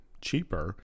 cheaper